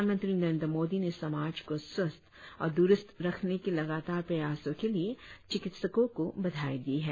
प्रधानमंत्री नरेंद्र मोदी ने समाज को स्वस्थ और दुरुस्त रखने के लगातार प्रयासों के लिए चिकित्सकों को बधाई दी है